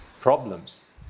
problems